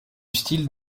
style